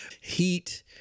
Heat